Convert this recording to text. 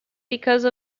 because